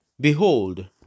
Behold